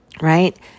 right